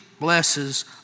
blesses